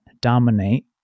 dominate